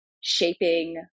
shaping